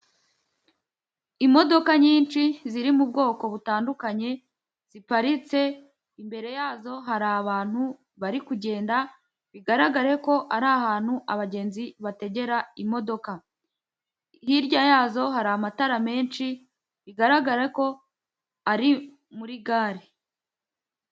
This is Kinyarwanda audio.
Imodoka nyinshi ziri mu bwoko butandukanye ziparitse, imbere yazo hari abantu bari kugenda, bigaragare ko ari ahantu abagenzi bategera imodoka. Hirya yazo hari amatara menshi, bigaragara ko ari muri gare.